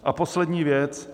A poslední věc.